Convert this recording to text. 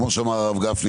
כמו שאמר הרב גפני,